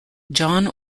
john